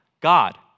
God